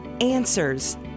answers